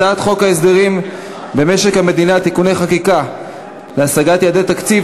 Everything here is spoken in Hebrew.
הצעת חוק הסדרים במשק המדינה (תיקוני חקיקה להשגת יעדי תקציב)